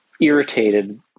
irritated